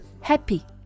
Happy